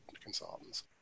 consultants